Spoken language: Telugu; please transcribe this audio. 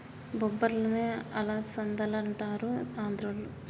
బొబ్బర్లనే అలసందలంటారు ఆంద్రోళ్ళు